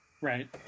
right